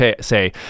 say